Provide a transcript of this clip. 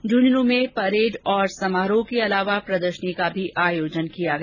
झुंझुन् में परेड और सम्मारोह के अलावा प्रदर्शनी का भी आयोजन किया गया